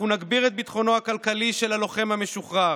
אנחנו נגביר את ביטחונו הכלכלי של הלוחם המשוחרר,